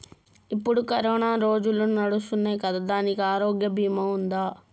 ఇప్పుడు కరోనా రోజులు నడుస్తున్నాయి కదా, దానికి ఆరోగ్య బీమా ఉందా?